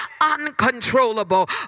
uncontrollable